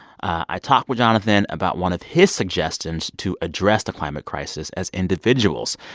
i talked with jonathan about one of his suggestions to address the climate crisis as individuals.